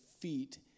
feet